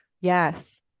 yes